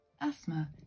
Asthma